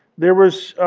there was